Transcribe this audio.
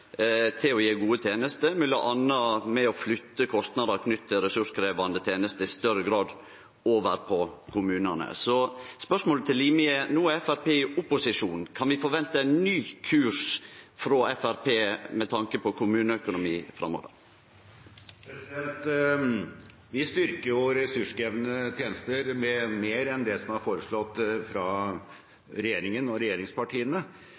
til å gje gode tenester, m.a. ved å flytte kostnader knytte til ressurskrevjande tenester i større grad over til kommunane. Så spørsmålet til Limi er: No er Framstegspartiet i opposisjon. Kan vi forvente ein ny kurs frå Framstegspartiet med tanke på kommuneøkonomien framover? Vi styrker jo ressurskrevende tjenester med mer enn det som er foreslått fra regjeringen og regjeringspartiene.